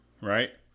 right